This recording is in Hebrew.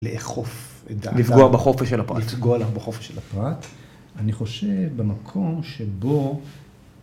‫לאכוף את דעתו. ‫- לפגוע בחופש של הפרט. ‫לפגוע לך בחופש של הפרט. ‫אני חושב במקום שבו...